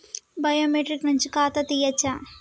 Biometric నుంచి ఖాతా తీయచ్చా?